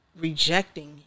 rejecting